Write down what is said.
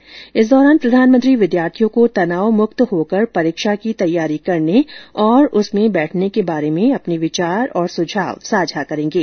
कार्यकम के दौरान प्रधानमंत्री विद्यार्थियों को तनावमुक्त होकर परीक्षा की तैयारी करने और उसमें बैठने के बारे में अपने विचार और सुझाव साझा करेंगे